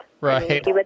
Right